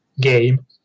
game